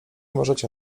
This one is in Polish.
możecie